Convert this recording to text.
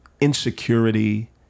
insecurity